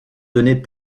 données